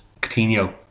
Coutinho